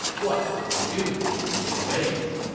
what would we do if he invades?